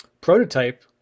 prototype